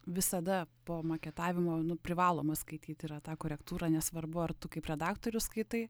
visada po maketavimo nu privaloma skaityt yra tą korektūrą nesvarbu ar tu kaip redaktorius skaitai